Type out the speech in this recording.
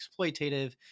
exploitative